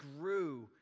grew